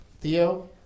Theo